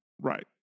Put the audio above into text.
Right